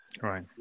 Right